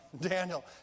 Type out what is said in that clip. Daniel